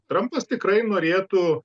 trampas tikrai norėtų